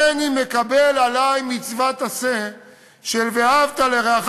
הריני מקבל עלי מצוות עשה של ואהבת לרעך